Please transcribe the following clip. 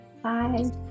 Bye